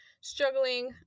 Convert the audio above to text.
struggling